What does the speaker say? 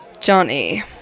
Johnny